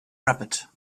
rabbit